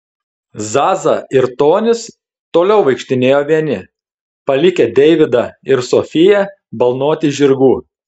zaza ir tonis toliau vaikštinėjo vieni palikę deividą ir sofiją balnoti žirgų